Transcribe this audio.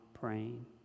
praying